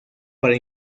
para